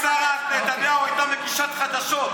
אם שרה נתניהו הייתה עכשיו מגישת חדשות,